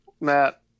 Matt